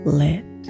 lit